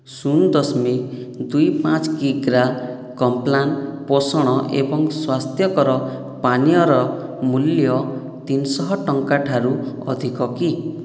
ଶୂନ ଦଶମିକ ଦୁଇ ପାଞ୍ଚ କିଗ୍ରା କମ୍ପ୍ଲାନ୍ ପୋଷଣ ଏବଂ ସ୍ଵାସ୍ଥ୍ୟକର ପାନୀୟର ମୂଲ୍ୟ ତିନି ଶହ ଟଙ୍କା ଠାରୁ ଅଧିକ କି